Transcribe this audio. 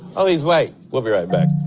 oh, he's white. we'll be right back